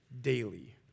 daily